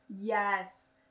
Yes